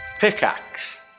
Pickaxe